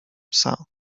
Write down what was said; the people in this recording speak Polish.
psa